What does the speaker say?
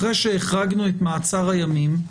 אחרי שהחרגנו את מעצר הימים,